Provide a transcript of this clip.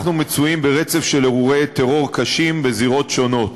אנחנו נמצאים ברצף של אירועי טרור קשים בזירות שונות.